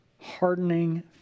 Hardening